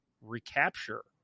recapture